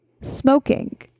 smoking